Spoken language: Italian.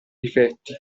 difetti